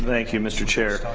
thank you mr. chair.